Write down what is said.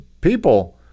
People